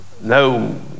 No